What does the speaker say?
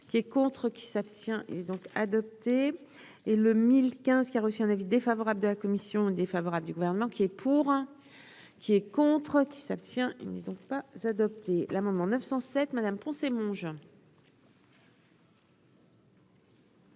qui est contre qui s'abstient et donc adopté et le 1015, qui a reçu un avis défavorable de la commission défavorable du gouvernement qui est. Pour qui et contre qui s'abstient une maison pas adopté l'amendement 907 Me Poncet mon